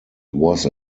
was